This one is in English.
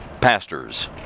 pastors